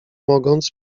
mogąc